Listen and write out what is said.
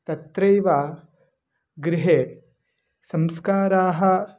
तत्रैव गृहे संस्काराः